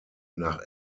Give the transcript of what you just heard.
nach